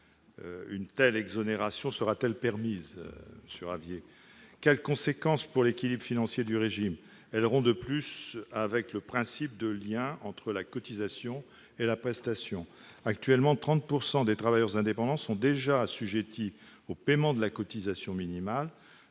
une telle exonération serait-elle permise ? Quelles seraient ses conséquences sur l'équilibre financier du régime ? De plus, ce dispositif rompt avec le principe de lien entre la cotisation et la prestation. Actuellement, 30 % des travailleurs indépendants sont déjà assujettis au paiement de la cotisation minimale.